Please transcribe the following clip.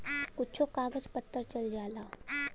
कुच्छो कागज पत्तर चल जाला